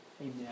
Amen